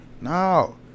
No